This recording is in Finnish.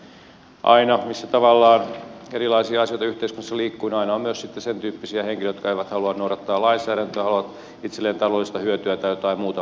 voi sanoa tietysti että aina siellä missä tavallaan erilaisia asioita yhteiskunnassa liikkuu on myös sen tyyppisiä henkilöitä jotka eivät halua noudattaa lainsäädäntöä haluavat itselleen taloudellista hyötyä tai jotain muuta vastaavaa